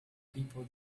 people